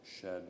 shed